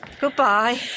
Goodbye